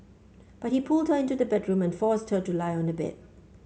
but he pulled her into the bedroom and forced her to lie on a bed